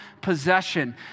possession